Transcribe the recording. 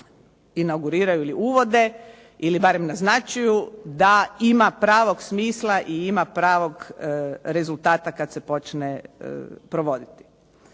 inauguriraju ili uvode ili barem naznačuju, da ima pravog smisla i ima pravog rezultata kada se počne provoditi.